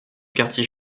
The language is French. quartier